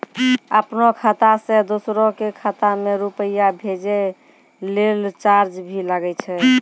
आपनों खाता सें दोसरो के खाता मे रुपैया भेजै लेल चार्ज भी लागै छै?